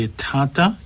tata